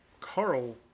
Carl